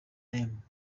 name